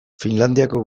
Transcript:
finlandiako